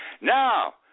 Now